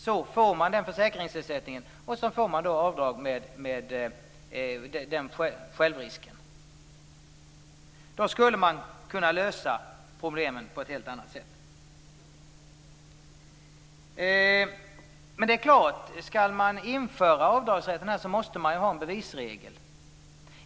Då får man försäkringsersättning och kan dra av självrisken. Då skulle vi kunna lösa problemen på ett helt annat sätt. Men skall vi införa avdragsrätt måste vi ha en bevisregel.